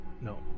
No